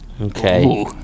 Okay